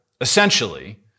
Essentially